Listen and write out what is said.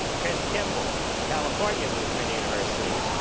chris kimball, california lutheran university